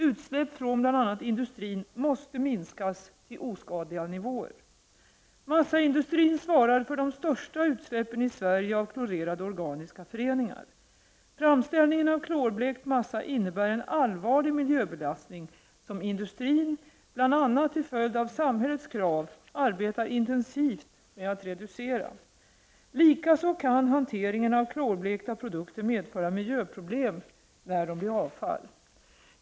Utsläpp från bl.a. industrin måste minskas till oskadliga nivåer. Massaindustrin svarar för de största utsläppen i Sverige av klorerade organiska föreningar. Framställning av klorblekt massa innebär en allvarlig mil jöbelastning som industrin, bl.a. till följd av samhällets krav, arbetar intensivt med att reducera. Likaså kan hanteringen av klorblekta produkter medföra miljöproblem när de blir avfall.